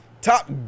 Top